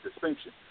distinction